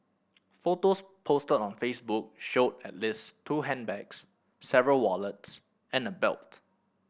photos posted on Facebook showed at least two handbags several wallets and a belt